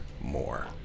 more